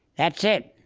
that's it.